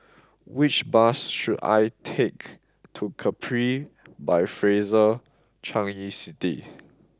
which bus should I take to Capri by Fraser Changi City